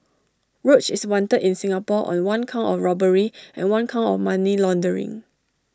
roach is wanted in Singapore on one count of robbery and one count of money laundering